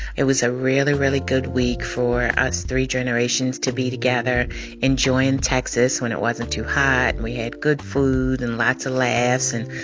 it was a really, really good week for us three generations to be together enjoying texas when it wasn't too hot. and we had good food and lots of laughs. and,